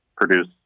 produce